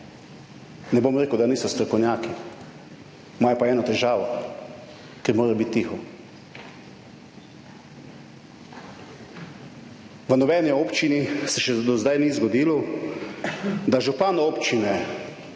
Ne bom rekel, da niso strokovnjaki, imajo pa eno težavo, ker morajo biti tiho. V nobeni občini se še do zdaj ni zgodilo, da župan občine